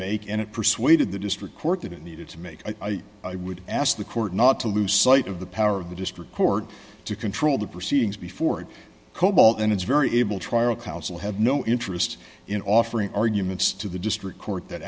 make and it persuaded the district court that it needed to make i i would ask the court not to lose sight of the power of the district court to control the proceedings before it cobalt and its very able tribal council have no interest in offering arguments to the district court that